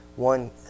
one